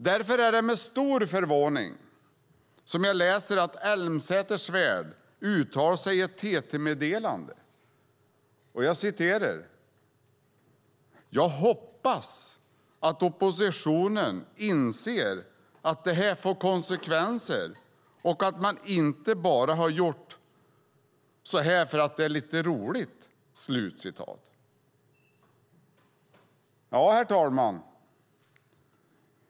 Därför är det med stor förvåning som jag läser att Elmsäter-Svärd har uttalat sig i ett TT-meddelande: "Jag hoppas att oppositionen inser att det här får konsekvenser och att man inte bara har gjort så här för att det är lite roligt." Herr talman!